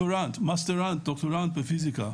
מסטרנט או דוקטורנט בפיזיקה,